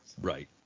Right